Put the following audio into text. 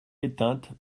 éteinte